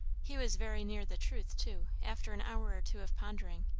he was very near the truth, too, after an hour or two of pondering.